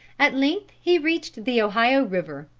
at length he reached the ohio river.